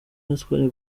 yatwara